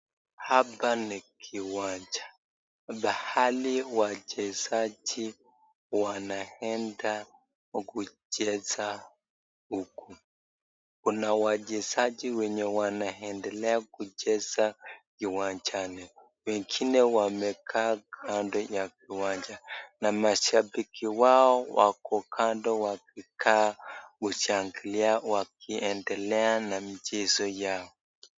Hapa ni kiwanja pahali wachezaji wanaenda kucheza huko. Kuna wachezaji wenye wanaendelea kucheza kiwanjani. Wengine wamekaa kando ya kiwanaja na mashabiki wao wako kando wakikaa kushangilia wakiendelea na mchezo yao.